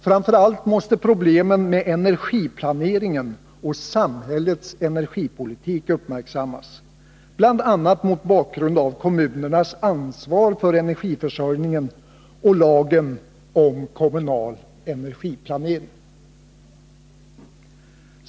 Framför allt måste problemen med energiplåneringen och samhällets energipolitik uppmärksammas, bl.a. mot bakgrund av kommunernas ansvar för energiförsörjningen och lagen om kommunal energiplanering.